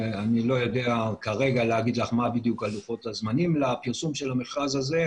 אני לא יודע כרגע לומר לך מה בדיוק לוחות הזמנים לפרסום של המכרז הזה,